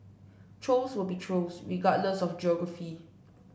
trolls will be trolls regardless of geography